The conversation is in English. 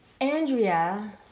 andrea